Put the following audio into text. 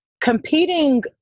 competing